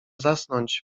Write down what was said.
zasnąć